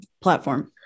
platform